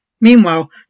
Meanwhile